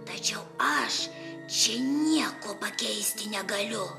tačiau aš čia nieko pakeisti negaliu